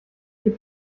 gib